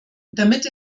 damit